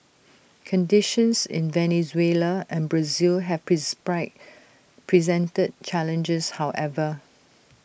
conditions in Venezuela and Brazil have presented challenges however